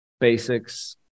basics